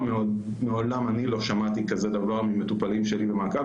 אני מעולם לא שמעתי כזה דבר ממטופלים שלי במעקב,